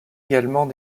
également